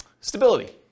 stability